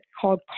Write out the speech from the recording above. called